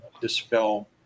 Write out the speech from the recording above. dispel